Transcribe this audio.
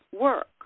work